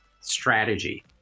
strategy